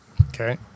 Okay